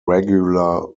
regular